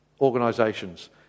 organisations